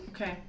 Okay